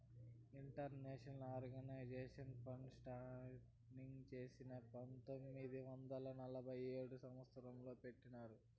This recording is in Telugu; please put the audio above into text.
ఇంటర్నేషనల్ ఆర్గనైజేషన్ ఫర్ స్టాండర్డయిజేషన్ని పంతొమ్మిది వందల నలభై ఏడవ సంవచ్చరం లో పెట్టినారు